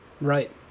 Right